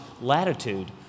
latitude